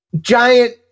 giant